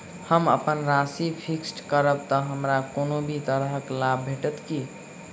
हम अप्पन राशि फिक्स्ड करब तऽ हमरा कोनो भी तरहक लाभ भेटत की?